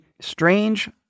strange